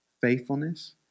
faithfulness